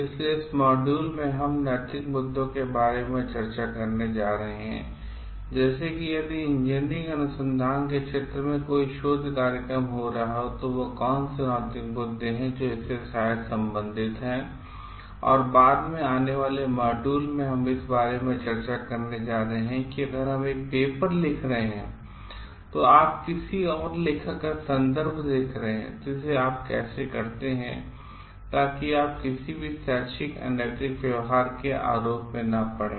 इसलिए इस मॉड्यूल में हम नैतिक मुद्दों के बारे में चर्चा करने जा रहे हैं जैसे कि यदि इंजीनियरिंग अनुसंधान के क्षेत्र में कोई शोध सहयोग कार्यक्रम हो रहा है तो वे कौन से नैतिक मुद्दे हैं जो शायद इससे संबंधित हैं और बाद में आने वाले मॉड्यूल में इस बारे में चर्चा करने जा रहे हैं कि अगर हम एक पेपर लिख रहे हैं आप किसी और लेखक का संदर्भ देख रहे हैं तो आप इसे कैसे करते हैं ताकि आप किसी भी शैक्षिक अनैतिक व्यवहार के आरोप में न पड़ें